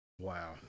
Wow